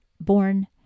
born